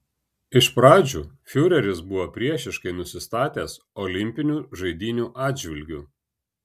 iš pradžių fiureris buvo priešiškai nusistatęs olimpinių žaidynių atžvilgiu